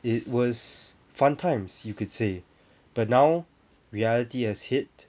it was fun times you could say but now reality has hit